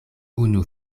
unu